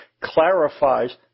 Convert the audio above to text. clarifies